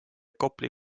kopli